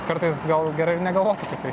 kartais gal gerai ir negalvot apie tai